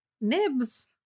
nibs